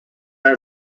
are